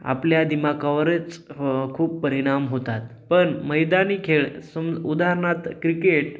आपल्या दिमाखावरच खूप परिणाम होतात पण मैदानी खेळ सम उदाहरणार्थ क्रिकेट